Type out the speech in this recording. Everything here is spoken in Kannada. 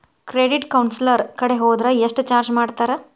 ಕ್ರೆಡಿಟ್ ಕೌನ್ಸಲರ್ ಕಡೆ ಹೊದ್ರ ಯೆಷ್ಟ್ ಚಾರ್ಜ್ ಮಾಡ್ತಾರ?